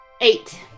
Eight